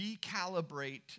recalibrate